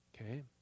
okay